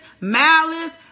malice